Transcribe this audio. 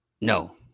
no